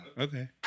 Okay